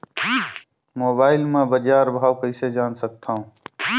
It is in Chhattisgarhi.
मोबाइल म बजार भाव कइसे जान सकथव?